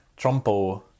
Trumpo